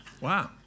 Wow